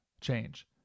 change